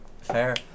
Fair